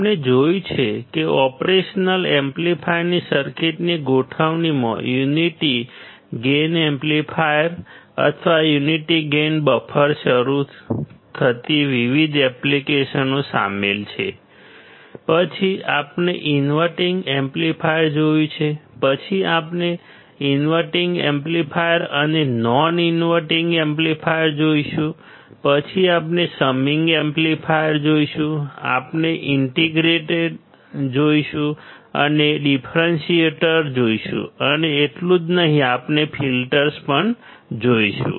આપણે જોયું છે કે ઓપરેશનલ એમ્પ્લીફાયરની સર્કિટની ગોઠવણીમાં યુનિટી ગેઇન એમ્પ્લીફાયર અથવા યુનિટી ગેઇન બફરથી શરૂ થતી વિવિધ એપ્લિકેશનો શામેલ છે પછી આપણે ઇન્વર્ટીંગ એમ્પ્લીફાયર જોયું છે પછી આપણે ઇન્વર્ટીંગ એમ્પ્લીફાયર અને નોન ઇન્વર્ટીંગ એમ્પ્લીફાયર જોઈશું પછી આપણે સમિંગ એમ્પ્લીફાયર જોઈશું આપણે ઇન્ટિગ્રેટર જોઈશું આપણે ડિફરન્શિયેટર જોઈશું અને એટલું જ નહીં કે આપણે ફિલ્ટર્સ પણ જોઈશું